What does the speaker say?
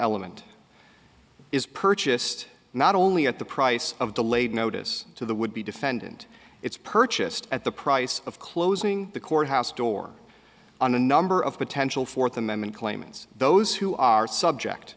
element is purchased not only at the price of the late notice to the would be defendant it's purchased at the price of closing the courthouse door on a number of potential fourth amendment claimants those who are subject